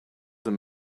him